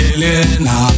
Elena